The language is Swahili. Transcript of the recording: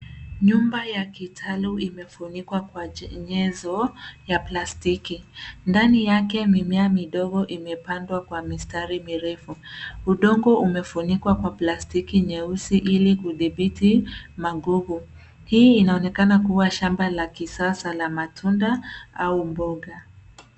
Nyumba ya kitalu imefunikwa kwa nyenzo ya plastiki. Ndani yake mimea midogo imepandwa kwa mistari mirefu. Udongo umefunikwa kwa plastiki nyeusi ili kudhibiti magugu. Hii inaonekana kuwa shamba la kisasa la matunda au mboga.